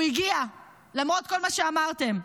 הוא הגיע למרות כל מה שאמרתם.